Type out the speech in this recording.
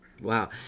Wow